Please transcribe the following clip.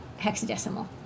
hexadecimal